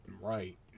Right